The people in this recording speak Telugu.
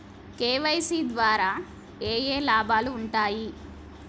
కే.వై.సీ ద్వారా ఏఏ లాభాలు ఉంటాయి?